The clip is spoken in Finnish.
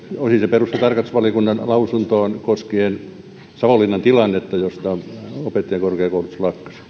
perustui tarkastusvaliokunnan lausuntoon koskien savonlinnan tilannetta kun sieltä opettajakorkeakoulutus lakkasi